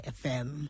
fm